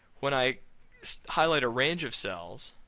when i highlight a range of cells